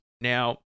Now